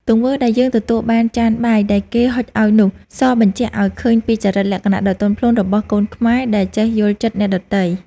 ទង្វើដែលយើងទទួលយកចានបាយដែលគេហុចឱ្យនោះ សបញ្ជាក់ឱ្យឃើញពីចរិតលក្ខណៈដ៏ទន់ភ្លន់របស់កូនខ្មែរដែលចេះយល់ចិត្តអ្នកដទៃ។